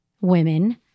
women